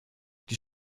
die